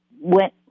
went